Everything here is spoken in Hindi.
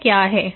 वह क्या है